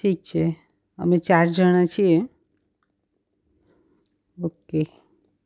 ઠીક છે અમે ચાર જણા છીએ ઓકે